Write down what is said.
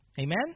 Amen